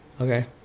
Okay